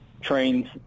trains